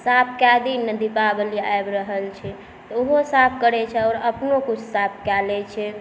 साफ कऽ दहि ने दीपावली आबि रहल छै तऽ ओहो साफ करै छै आओर अपनो किछु साफ कऽ लै छै